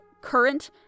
current